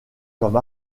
comme